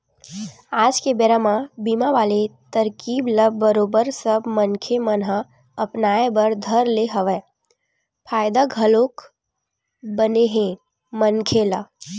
आज के बेरा म बीमा वाले तरकीब ल बरोबर सब मनखे मन ह अपनाय बर धर ले हवय फायदा घलोक बने हे मनखे ल